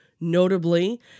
notably